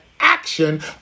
action